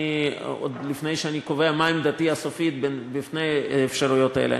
עוד לפני שאני קובע מה עמדתי הסופית באפשרויות האלה,